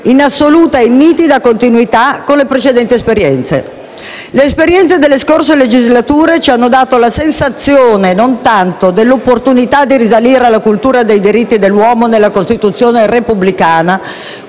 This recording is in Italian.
grazie a tutti.